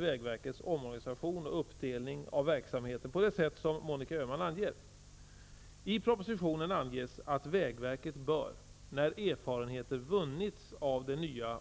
vägverkets omorganisation och uppdelning av verksamheten på det sätt som Monica Öhman anger. I propositionen anges att vägverket bör, när erfarenheter vunnits av den nya